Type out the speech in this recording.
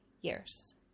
years